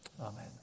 Amen